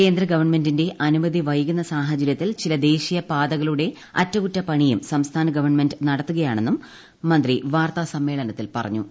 കേന്ദ്ര ഗവൺമെന്റിന്റെ അനുമതി വൈകുന്ന സാഹചര്യത്തിൽ ചില ദേശീയ പാതകളുടെ അറ്റകുറ്റപ്പണിയും സംസ്ഥാന ഗവൺമെന്റ് നടത്തുകയാണെന്നും മന്ത്രി വാർത്താ സമ്മേളനത്തിൽ പറഞ്ഞു